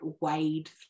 wade